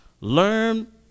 learn